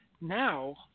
Now